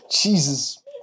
Jesus